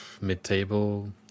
mid-table